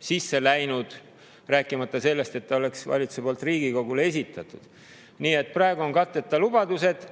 sisse läinud, rääkimata sellest, et see oleks valitsuselt Riigikogule esitatud. Nii et praegu on katteta lubadused.